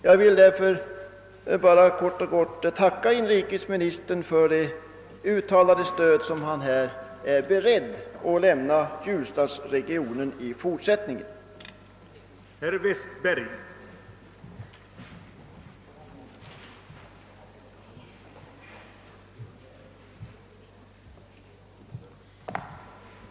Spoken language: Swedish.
Jag tackar därför inrikesministern för det stöd som han har sagt sig vara beredd att i fortsättningen ge ljusdalsregionen, och som ger mig anledning hoppas på en gynnsam utveckling.